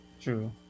True